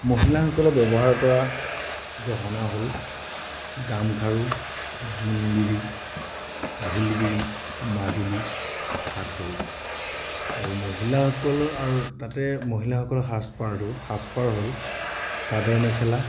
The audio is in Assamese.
মহিলাসকলে ব্যৱহাৰ কৰা গহনা হ'ল গামখাৰু জোনবিৰি ঢোলবিৰি মাদলী সাতসৰী আৰু মহিলাসকলৰ আৰু তাতে মহিলাসকলৰ সাজপাৰটো সাজপাৰ হ'ল চাদৰ মেখেলা